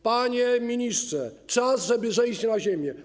Panie ministrze, czas, żeby zejść na ziemię.